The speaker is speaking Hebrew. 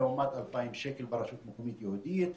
לעומת 2,000 שקל ברשות מקומית יהודית.